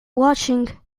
watching